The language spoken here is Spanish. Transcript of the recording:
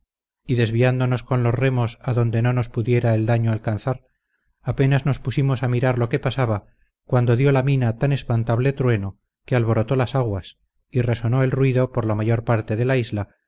y desviándonos con los remos adonde no nos pudiera el daño alcanzar apenas nos pusimos a mirar lo que pasaba cuando dio la mina tan espantable trueno que alborotó las aguas y resonó el ruido por la mayor parte de la isla